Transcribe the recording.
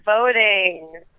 Voting